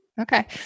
Okay